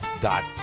dot